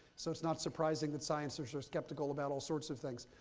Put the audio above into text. so it's not surprising that scientists are skeptical about all sorts of things.